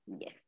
Yes